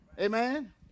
Amen